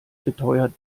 beteuert